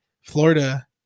Florida